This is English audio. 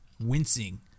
Wincing